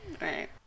Right